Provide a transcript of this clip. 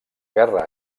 guerra